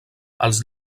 els